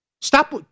Stop